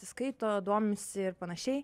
skaito domisi ir panašiai